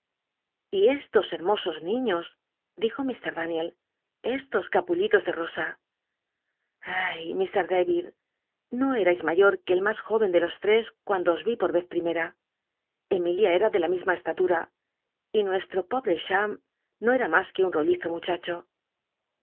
y estos hcmosos niiíos dijo mr daniel estos capullitos de rosa ay mr david no eais mayor que el mas jóren ele los tres cuando os vi a l a de la misma cstatu por voz primera l mil ia c y nuesto pobi'o cham no era mas quo un ollizo muchacho